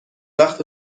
وقت